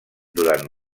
durant